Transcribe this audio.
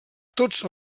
tots